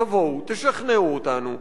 תבואו, תשכנעו אותנו.